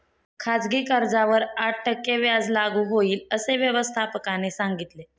खाजगी कर्जावर आठ टक्के व्याज लागू होईल, असे व्यवस्थापकाने सांगितले